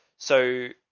so